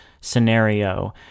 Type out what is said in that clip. scenario